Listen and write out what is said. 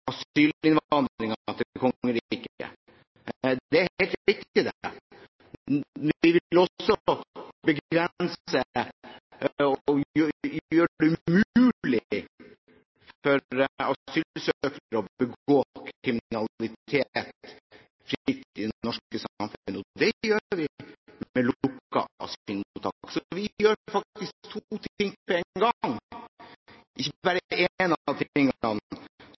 asylinnvandringen til kongeriket. Det er helt riktig. Vi vil også gjøre det umulig for asylsøkere å begå kriminalitet fritt i det norske samfunnet. Det gjør vi med lukkede asylmottak. Så vi gjør faktisk to ting på én gang – ikke bare en